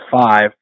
five